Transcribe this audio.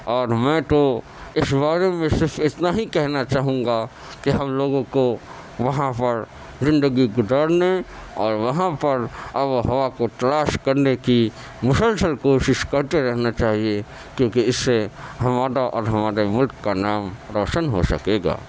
اور میں تو اس بارے میں صرف اتنا ہی کہنا چاہوں گا کہ ہم لوگوں کو وہاں پر زندگی گزارنے اور وہاں پر آب و ہوا کو تلاش کرنے کی مسلسل کوشش کرتے رہنا چاہیے کیونکہ اس سے ہمارا اور ہمارے ملک کا نام روشن ہو سکے گا